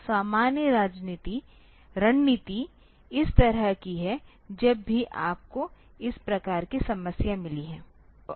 तो सामान्य रणनीति इस तरह की है जब भी आपको इस प्रकार की समस्याएं मिली हैं